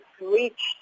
reached